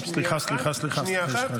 שנייה אחת.